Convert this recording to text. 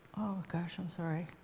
gosh, i'm sorry